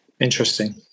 interesting